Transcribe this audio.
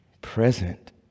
Present